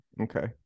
Okay